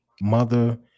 mother